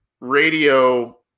radio